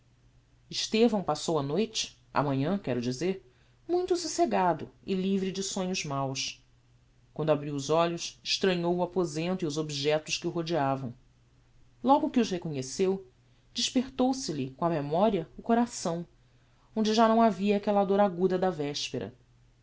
estevão passou a noite a manhã quero dizer muito socegado e livre de sonhos maus quando abriu os olhos extranhou o aposento e os objectos que o rodeavam logo que os reconheceu despertou se lhe com a memoria o coração onde já não havia aquella dor aguda da vespera